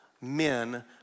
men